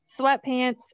sweatpants